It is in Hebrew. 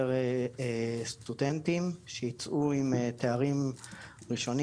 סטודנטים שייצאו עם תארים ראשונים,